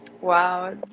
wow